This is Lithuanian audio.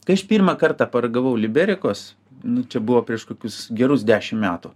kai aš pirmą kartą paragavau liberikos nu čia buvo prieš kokius gerus dešim metų